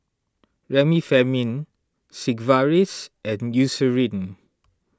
Remifemin Sigvaris and Eucerin